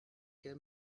kill